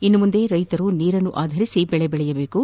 ಇನ್ನು ಮುಂದೆ ರೈತರು ನೀರನ್ನು ಆಧರಿಸಿ ಬೆಳೆ ಬೆಳೆಯಬೇಕು